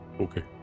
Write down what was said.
Okay